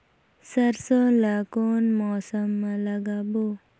सरसो ला कोन मौसम मा लागबो?